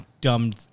dumb